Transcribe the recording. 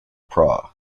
prague